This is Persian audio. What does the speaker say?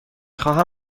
خواهم